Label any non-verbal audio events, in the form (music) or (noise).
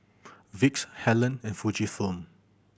(noise) Vicks Helen and Fujifilm